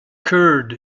curd